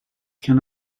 can